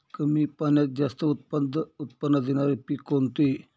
कमी पाण्यात जास्त उत्त्पन्न देणारे पीक कोणते?